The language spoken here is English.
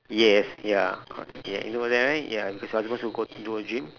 yes ya correct yeah you know that right ya because I was supposed to go to a gym